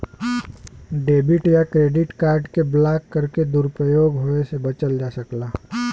debit या credit card के block करके दुरूपयोग होये बचल जा सकला